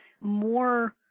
more